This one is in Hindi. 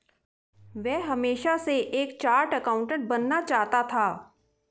वह हमेशा से एक चार्टर्ड एकाउंटेंट बनना चाहता था